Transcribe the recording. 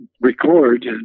record